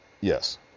yes